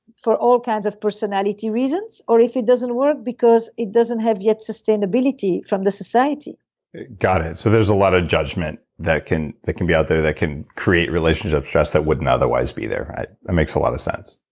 for all kinds of personality reasons or if it doesn't work because it doesn't have yet sustainability from the society got it. so there's a lot of judgment that can that can be out there that can create relationship stress that wouldn't otherwise be there. that makes a lot of sense